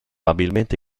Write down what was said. amabilmente